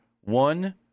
one